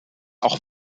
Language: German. auch